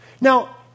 Now